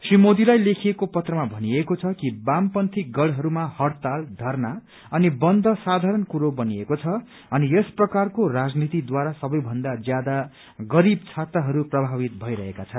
श्री मोदीलाई लेखिएको पत्रमा भनिएको छ कि वामपन्थी गढ़हरूमा हड़ताल धरना अनि बन्द साधारण कुरो बनिएको छ अनि यस प्रकारको राजनीतिद्वारा सबैभन्दा ज्यादा छात्रहरू प्रभावित भइरहेका छन्